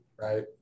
right